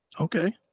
Okay